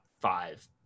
five